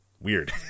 weird